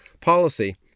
policy